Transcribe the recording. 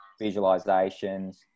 visualizations